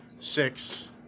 Six